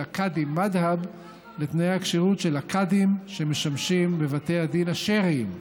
הקאדים מד'הב לתנאי הכשירות של הקאדים שמשמשים בבתי הדין השרעיים.